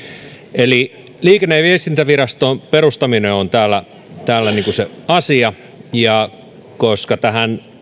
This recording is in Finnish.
eli liikenne ja viestintäviraston perustaminen on täällä täällä se asia ja koska tähän